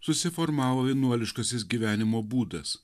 susiformavo vienuoliškasis gyvenimo būdas